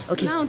Okay